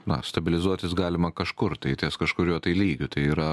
na stabilizuotis galima kažkur tai ties kažkuriuo tai lygiu tai yra